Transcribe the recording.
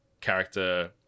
character